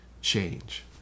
change